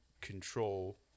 control